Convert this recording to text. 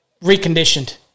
reconditioned